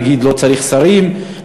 נגיד: לא צריך שרים,